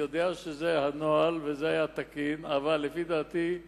אני יודע שזה הנוהל וזה היה תקין, אבל לפי דעתי,